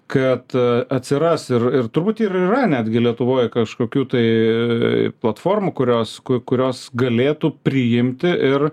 kad atsiras ir ir turbūt ir yra netgi lietuvoj kažkokių tai platformų kurios kurios galėtų priimti ir